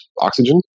Oxygen